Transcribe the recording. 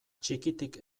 txikitik